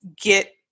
get